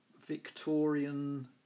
Victorian